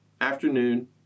afternoon